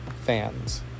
fans